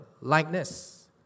likeness